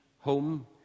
home